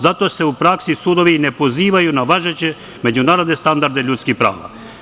Zato se u praksi sudovi ne pozivaju na važeće međunarodne standarde ljudskih prava.